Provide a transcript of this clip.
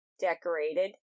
decorated